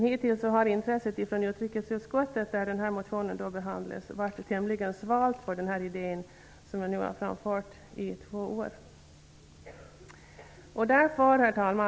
Hittills har intresset från utrikesutskottet -- där denna motion har behandlats -- varit tämligen svalt för den idé som jag har framfört under två års tid. Herr talman!